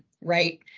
right